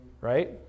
right